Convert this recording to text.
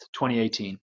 2018